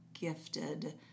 gifted